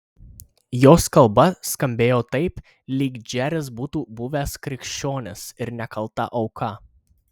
jos kalba skambėjo taip lyg džeris būtų buvęs krikščionis ir nekalta auka